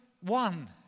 one